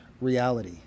reality